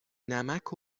نمک